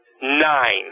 nine